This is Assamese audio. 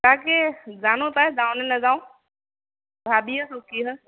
তাকে জানো পাই যাওঁনে নেযাওঁ ভাবি আছো কি হয়